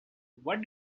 what